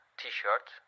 t-shirt